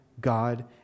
God